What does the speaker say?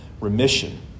remission